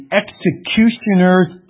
executioners